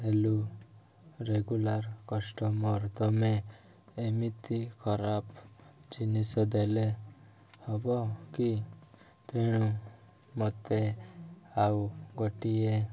ହେଲୁ regular customer ତୁମେ ଏମିତି ଖରାପ ଜିନିଷ ଦେଲେ ହବ କି ତେଣୁ ମୋତେ ଆଉ ଗୋଟିଏ